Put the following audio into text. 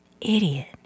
idiot